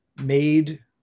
made